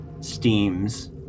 steams